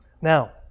Now